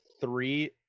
three